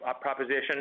proposition